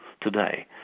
today